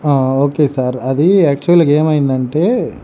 హ okay sir అది ఆక్చువల్గా ఏమయింది అంటే